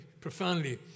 profoundly